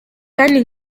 kandi